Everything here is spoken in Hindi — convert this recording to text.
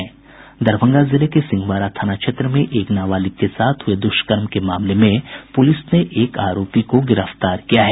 दरभंगा जिले के सिंहवाड़ा थाना क्षेत्र में एक नाबालिग के साथ हुए दुष्कर्म के मामले में प्रलिस ने एक आरोपी को गिरफ्तार कर लिया है